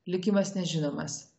likimas nežinomas